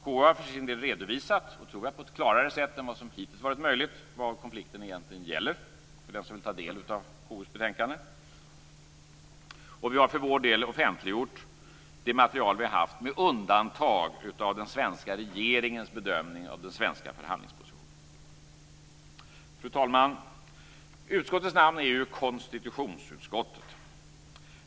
KU har för sin del redovisat på ett klarare sätt än vad som hittills har varit möjligt vad konflikten egentligen gäller - för den som vill ta del av KU:s betänkande. Vi har för vår del offentliggjort det material vi har haft, med undantag av den svenska regeringens bedömning av den svenska förhandlingspositionen. Fru talman! Utskottets namn är konstitutionsutskottet.